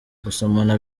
gusomana